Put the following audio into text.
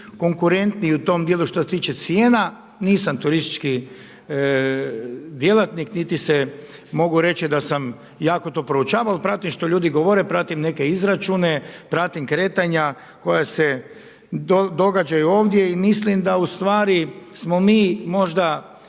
konkurentniji u tom dijelu što se tiče cijena. Nisam turistički djelatnik niti se mogu reći da sam to jako proučavao, ali pratim što ljude govore, pratim neke izračune, pratim kretanja koja se događaju ovdje i mislim da smo ustvari možda